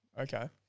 okay